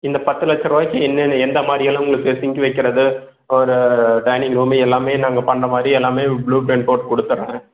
இந்த பத்து லட்ச ரூபாய்க்கு என்னென்ன எந்த மாதிரி எல்லாம் உங்களுக்கு சிங்க் வைக்கிறது ஒரு டைனிங் ரூமு எல்லாமே நாங்கள் பண்ணுற மாதிரி எல்லாமே ப்ளூ பிரிண்ட் போட்டு கொடுத்தறேன்